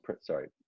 Sorry